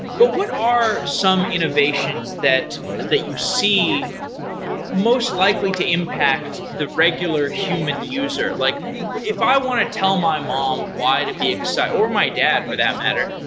but what are some innovations that that you see most likely to impact the regular human user? like if i want to tell my mom why to be so or my dad for that matter,